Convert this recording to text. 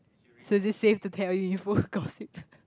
so is it safe to tell you info gossip